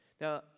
Now